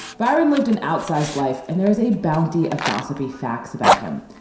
byron lived an outsized life, and there is a bounty of gossipy facts about him,